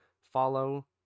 follow